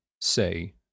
say